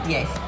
Yes